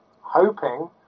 hoping